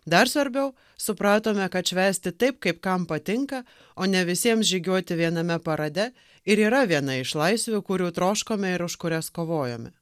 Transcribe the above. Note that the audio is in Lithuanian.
dar svarbiau supratome kad švęsti taip kaip kam patinka o ne visiems žygiuoti viename parade ir yra viena iš laisvių kurių troškome ir už kurias kovojome